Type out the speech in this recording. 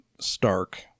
Stark